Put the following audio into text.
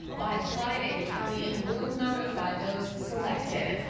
by friday, the county will notify those selected.